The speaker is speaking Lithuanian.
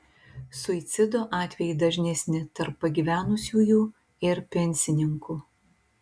suicido atvejai dažnesni tarp pagyvenusiųjų ir pensininkų